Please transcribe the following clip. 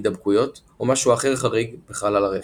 הידבקויות או משהו אחר חריג בחלל הרחם.